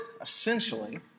essentially